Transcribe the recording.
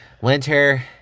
winter